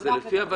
בכיר.